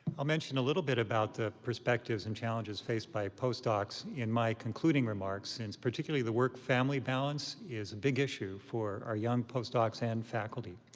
i'll mention a little bit about the perspectives and challenges faced by postdocs in my concluding remarks, since particularly the work-family balance is a big issue for our young postdocs and faculty.